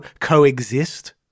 coexist